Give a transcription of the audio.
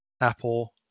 Apple